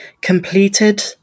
completed